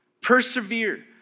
Persevere